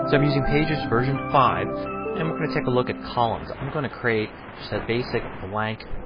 so i'm using pages version five and we're going to take a look at columns. i'm going to create just a basic blank